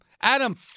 Adam